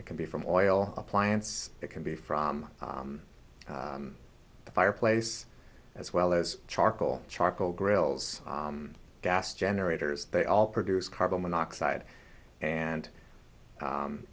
it can be from oil appliance it can be from the fireplace as well as charcoal charcoal grills gas generators they all produce carbon monoxide and